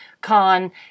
Khan